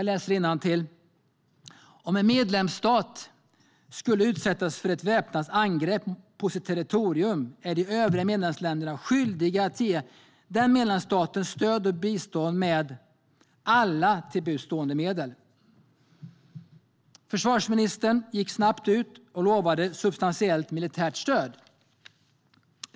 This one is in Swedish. Där står följande: Om en medlemsstat skulle utsättas för ett väpnat angrepp på sitt territorium är de övriga medlemsländerna skyldiga att ge denna medlemsstat stöd och bistånd med alla till buds stående medel. Försvarsministern gick snabbt ut och lovade ett substantiellt militärt stöd.